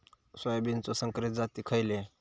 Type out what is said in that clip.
सोयाबीनचे संकरित जाती खयले?